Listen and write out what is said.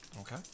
Okay